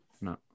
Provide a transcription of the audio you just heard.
No